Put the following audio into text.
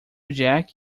jack